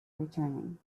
returning